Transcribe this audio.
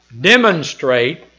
demonstrate